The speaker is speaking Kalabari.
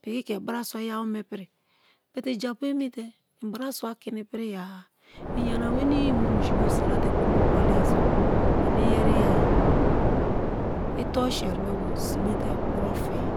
Piki ke brasua iyawome pirce but japu emi e i brasu kini piri-a iyana wenii mu minji bo sira te gbongbo kpoli so i iyoriya e i toruseri me bo sime te bro fii